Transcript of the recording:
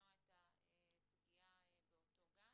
למנוע את הפגיעה באותו גן.